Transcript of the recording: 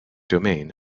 domain